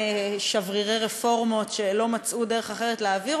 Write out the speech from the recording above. שברירי רפורמות שלא מצאו דרך אחרת להעביר,